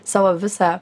savo visą